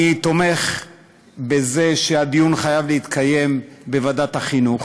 אני תומך בזה שהדיון חייב להתקיים בוועדת החינוך,